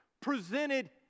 presented